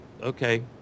okay